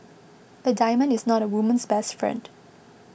a diamond is not a woman's best friend